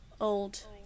old